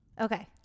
Okay